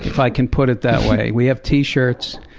if i can put it that way. we have t-shirts,